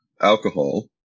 alcohol